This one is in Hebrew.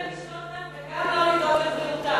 גם רוצה לשלוט בהם וגם לא לדאוג לבריאותם.